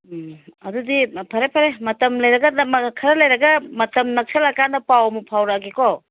ꯎꯝ ꯑꯗꯨꯗꯤ ꯐꯔꯦ ꯐꯔꯦ ꯃꯔꯝ ꯈꯔ ꯂꯩꯔꯒ ꯃꯇꯝ ꯅꯛꯁꯤꯜꯂ ꯀꯥꯟꯗ ꯄꯥꯎ ꯑꯃꯨꯛ ꯐꯥꯎꯔꯛꯑꯒꯦꯀꯣ